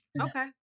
Okay